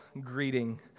greeting